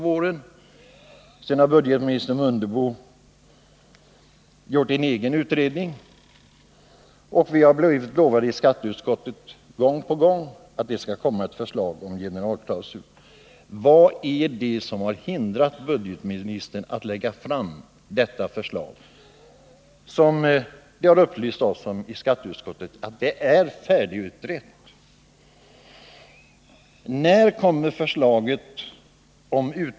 Sedan har budgetminister Mundebo gjort en egen utredning, och i skatteutskottet har vi blivit lovade gång på gång att det skall komma ett förslag om generalklausul. Vad är det som har hindrat budgetministern från att lägga fram detta förslag, som enligt vad som upplysts oss i skatteutskottet är färdigutrett? 2.